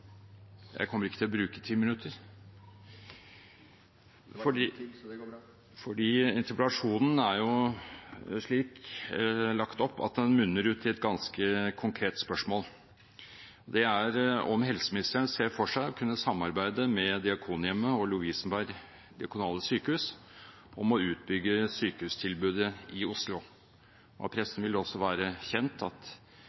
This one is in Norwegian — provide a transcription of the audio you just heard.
Jeg kommer ikke til å bruke ti minutter, for interpellasjonen er lagt opp slik at den munner ut i et ganske konkret spørsmål. Det er om helseministeren ser for seg å kunne samarbeide med Diakonhjemmet og Lovisenberg Diakonale Sykehus om å utbygge sykehustilbudet i Oslo. Fra pressen vil det også være kjent at